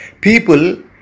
people